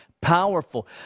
Powerful